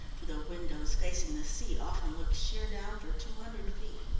for the windows facing the sea often looked sheer down for two hundred feet.